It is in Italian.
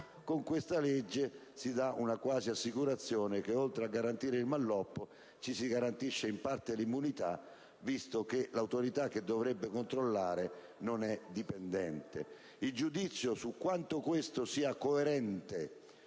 Con questa legge si dà quasi l'assicurazione che, oltre a garantire il malloppo, ci si garantisce in parte l'immunità, visto che l'Autorità che dovrebbe controllare non è indipendente. Il giudizio su quanto questo sia coerente